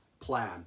plan